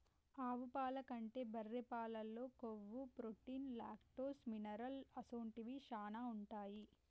ఆవు పాల కంటే బర్రె పాలల్లో కొవ్వు, ప్రోటీన్, లాక్టోస్, మినరల్ అసొంటివి శానా ఉంటాయి